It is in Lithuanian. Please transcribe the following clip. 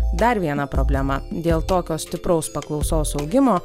dar viena problema dėl tokio stipraus paklausos augimo